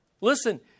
Listen